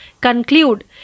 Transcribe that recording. conclude